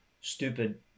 stupid